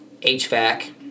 HVAC